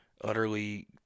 utterly